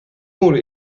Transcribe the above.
worden